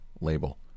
label